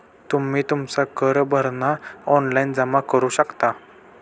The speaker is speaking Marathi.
तुम्ही तुमचा कर भरणा ऑनलाइन जमा करू शकता